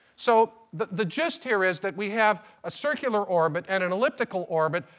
so the the gist here is that we have a circular orbit and an elliptical orbit,